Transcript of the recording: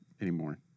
anymore